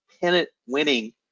pennant-winning